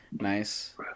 Nice